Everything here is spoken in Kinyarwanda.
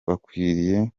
bakwiriye